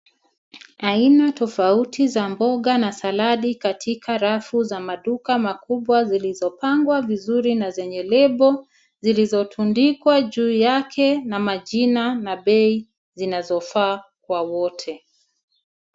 Aina tofauti za mboga na saladi katika rafu za maduka makubwa zilizopangwa vizuri na zenye lebo zilizotundikwa juu yake na majina na bei zinazofaa kwa wote.